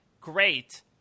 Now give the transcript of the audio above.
great